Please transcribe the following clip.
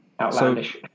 outlandish